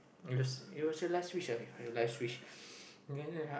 it was it was her last wish lah her last wish